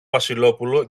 βασιλόπουλο